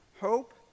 Hope